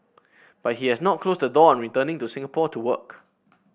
but he has not closed the door on returning to Singapore to work